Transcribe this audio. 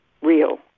real